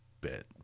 bit